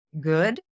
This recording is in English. good